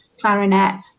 Clarinet